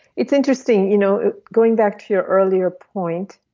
it's interesting, you know going back to your earlier point.